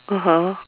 (uh huh)